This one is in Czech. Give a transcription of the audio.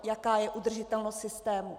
Jaká je udržitelnost systému?